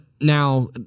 now